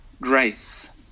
grace